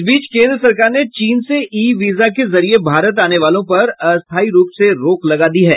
इस बीच केन्द्र सरकार ने चीन से ई वीजा के जरिये भारत आने वालों पर अस्थायी रूप से रोक लगा दी है